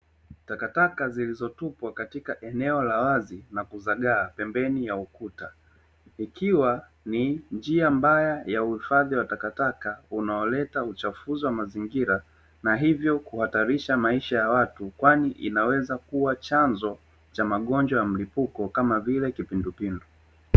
Takataka zilizotupwa katika eneo la wazi na kuzagaa pembeni ya ukuta, ikiwa ni njia mbaya ya uhifadhi wa takataka unaoleta uchafuzi wa mazingira, na hivyo kuhatarisha maisha ya watu, kwani inaweza kuwa chanzo cha magonjwa ya mlipiko kama vile kipindupindu.